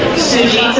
soo-ji